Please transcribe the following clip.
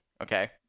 okay